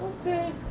Okay